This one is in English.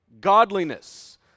godliness